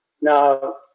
Now